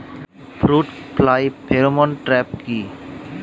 Fruit fly pheromone trap কি?